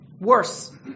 Worse